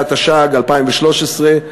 התשע"ג 2013,